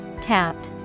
Tap